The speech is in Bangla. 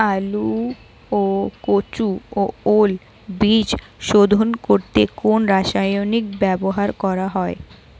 আলু ও কচু ও ওল বীজ শোধন করতে কোন রাসায়নিক ব্যবহার করা হয়?